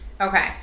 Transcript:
Okay